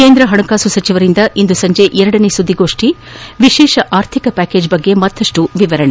ಕೇಂದ್ರ ಹಣಕಾಸು ಸಚಿವರಿಂದ ಇಂದು ಸಂಜೆ ಸುದ್ದಿಗೋಷ್ಠಿ ವಿಶೇಷ ಆರ್ಥಿಕ ಪ್ಯಾಕೇಜ್ ಕುರಿತು ಮತ್ತಷ್ಟು ವಿವರಣೆ